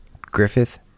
Griffith